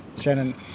Shannon